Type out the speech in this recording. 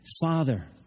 Father